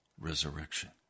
resurrection